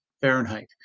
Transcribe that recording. Fahrenheit